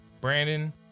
Brandon